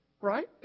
right